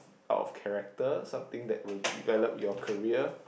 out of character something that will develop your career